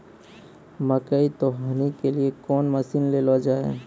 मकई तो हनी के लिए कौन मसीन ले लो जाए?